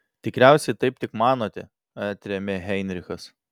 tikriausiai taip tik manote atrėmė heinrichas